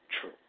true